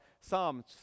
Psalm